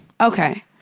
okay